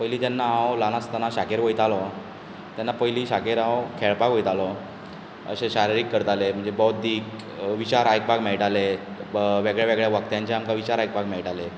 पयलीं जेन्ना हांव ल्हान आसतना शाखेर वयतालों तेन्ना पयलीं शाखेर हांव खेळपाक वयतालों अशे शारिरीक करताले म्हणजे बौध्दीक विचार आयकुपाक मेळटाले वेगवेगळ्या व्यक्त्यांचे जे आमकां विचार आयकपाक मेळटाले